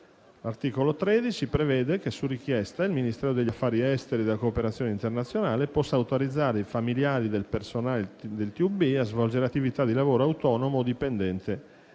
L'articolo 13 prevede che, su richiesta, il Ministero degli affari esteri e della cooperazione internazionale possa autorizzare i familiari del personale del TUB a svolgere attività di lavoro autonomo o dipendente